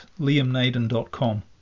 liamnaden.com